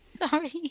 Sorry